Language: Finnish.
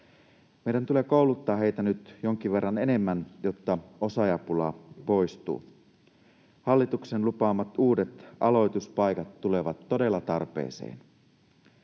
Meidän tulee kouluttaa heitä nyt jonkin verran enemmän, jotta osaajapula poistuu. Hallituksen lupaamat uudet aloituspaikat tulevat todella tarpeeseen.